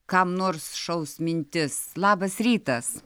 kam nors šaus mintis labas rytas